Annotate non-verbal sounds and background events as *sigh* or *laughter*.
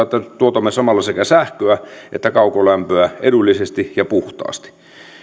*unintelligible* että tuotamme samalla sekä sähköä että kaukolämpöä edullisesti ja puhtaasti